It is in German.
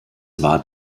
war